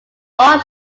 bowl